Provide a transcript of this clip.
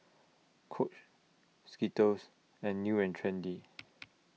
Coach Skittles and New and Trendy